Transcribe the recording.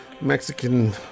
Mexican